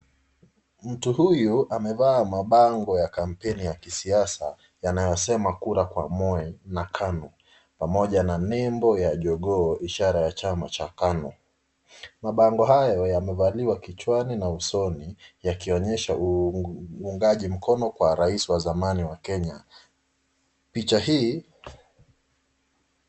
Mtu huyu amevaa mabango ya kampeni ya kisiasa, yanayosema kura kwa Moi na kanu, pamoja na nembo ya jogoo, ishara ya kuashiria mashakanu, mabango hayo yamevaliwa kichwani na usoni, yakionyehsa uungaji mkono kwa rais wa zamani wa Kenya, picha hii.